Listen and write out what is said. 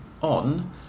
on